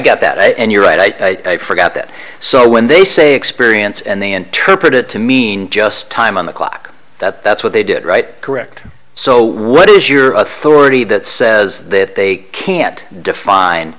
get that and you're right i forgot that so when they say experience and they interpret it to mean just time on the clock that that's what they did right correct so what is your authority that says that they can't define